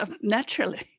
Naturally